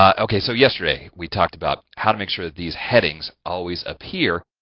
um okay, so yesterday, we talked about how to make sure that these headings always appear.